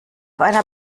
einer